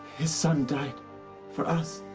his son died for us.